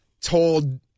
told